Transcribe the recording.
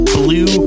blue